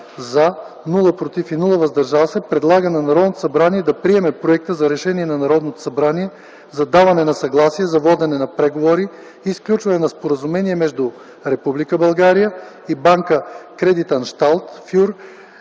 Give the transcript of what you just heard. „за”, без „против” и „въздържали се”, предлага на Народното събрание да приеме Проекта за решение на Народното събрание за даване на съгласие за водене на преговори и сключване на Споразумение между Република България и Банка Кредитанщал фюр